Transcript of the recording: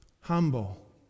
humble